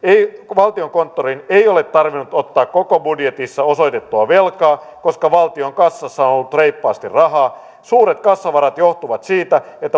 valtiokonttorin ei ole tarvinnut ottaa koko budjetissa osoitettua velkaa koska valtion kassassa on ollut reippaasti rahaa suuret kassavarat johtuvat siitä että